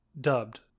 dubbed